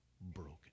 broken